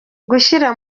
gushyira